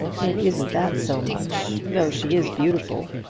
it isn't that so much though she is beautiful.